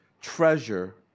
treasure